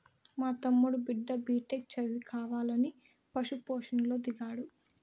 మా తమ్ముడి బిడ్డ బిటెక్ చదివి కావాలని పశు పోషణలో దిగాడు